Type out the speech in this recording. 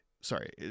Sorry